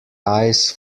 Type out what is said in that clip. eyes